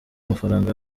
amafaranga